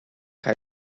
kaj